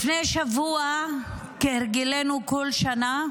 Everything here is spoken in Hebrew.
לפני שבוע, כהרגלנו כל שנה,